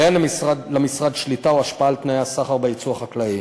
ואין למשרד שליטה או השפעה על תנאי הסחר ביצוא החקלאי.